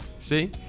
see